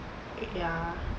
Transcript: ya